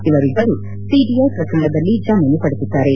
ಇಬರಿಭ್ಗರೂ CBI ಪ್ರಕರಣದಲ್ಲಿ ಜಾಮೀನು ಪಡೆದಿದ್ದಾರೆ